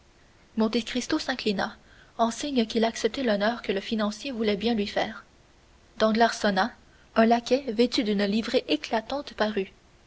monte cristo s'inclina en signe qu'il acceptait l'honneur que le financier voulait bien lui faire danglars sonna un laquais vêtu d'une livrée éclatante parut